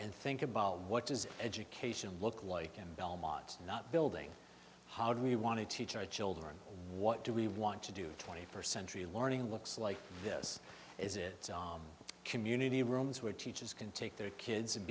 and think about what does education look like in belmont not building how do we want to teach our children what do we want to do twenty percent real learning looks like this is it community rooms where teachers can take their kids